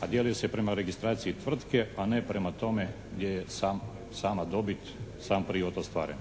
a dijeli se prema registraciji tvrtke a ne prema tome gdje je sama dobit, sam prihod ostvaren.